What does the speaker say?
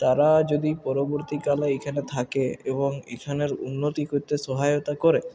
তারা যদি পরবর্তীকালে এখানে থাকে এবং এখানের উন্নতি করতে সহায়তা করে